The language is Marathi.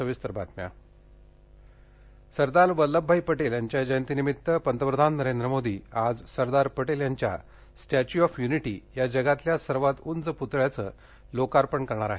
statue of unity Sardar Vallabhbhai Patel यांच्या जयंतीनिमित्त पंतप्रधान नरेंद्र मोदी आज सरदार पटेल यांच्या स्टॅच्यु ऑफ युनिटी या जगातल्या सर्वात उंच पुतळयाचं लोकार्पण करणार आहेत